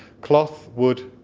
cloth, wood,